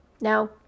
Now